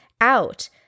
out